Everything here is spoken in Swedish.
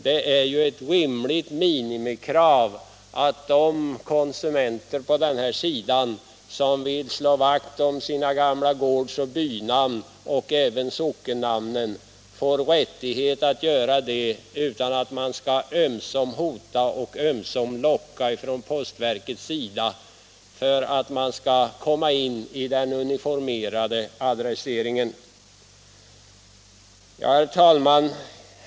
Det är ju ett minimikrav att de konsumenter på den här sidan som vill slå vakt om sina gårds och bynamn och även sockennamnen får rättighet att göra det utan att postverket skall ömsom hota och ömsom locka för att få in abonnenterna i den uniformerade adresseringen. Herr talman!